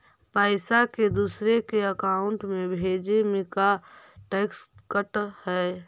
पैसा के दूसरे के अकाउंट में भेजें में का टैक्स कट है?